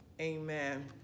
amen